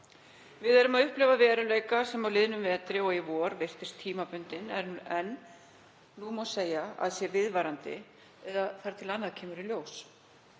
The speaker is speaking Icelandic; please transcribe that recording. Við erum að upplifa veruleika sem á liðnum vetri og í vor virtist tímabundinn en nú má segja að hann sé viðvarandi, eða þar til annað kemur í ljós,